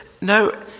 no